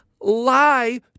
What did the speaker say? lie